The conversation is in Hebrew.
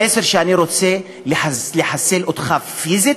המסר הוא: אני רוצה לחסל אותך פיזית,